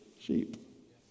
Sheep